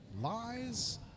lies